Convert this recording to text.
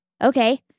Okay